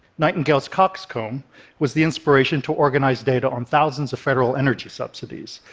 nightingale's coxcomb was the inspiration to organize data on thousands of federal energy subsidies,